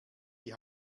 die